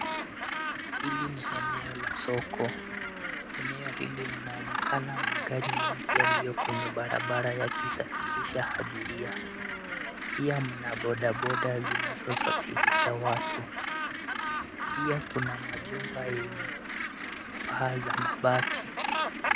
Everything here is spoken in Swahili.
Hili ni eneo la soko. Eneo hili mnaonekana magari mengi yaliyo kwenye barabara yakisafirisha abiria. Pia mna boda boda zinazosafirisha watu. Pia kuna majumba yenye paa za mabati.